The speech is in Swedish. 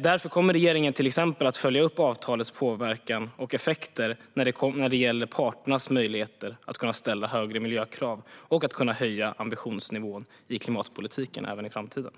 Därför kommer regeringen till exempel att följa upp avtalets påverkan och effekter när det gäller parternas möjligheter att kunna ställa högre miljökrav och att kunna höja ambitionsnivån i klimatpolitiken även i framtiden.